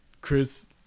Chris